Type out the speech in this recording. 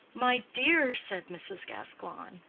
my dear! said mrs. gascoigne,